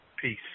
Peace